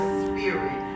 spirit